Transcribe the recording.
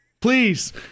Please